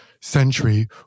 century